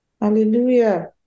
Hallelujah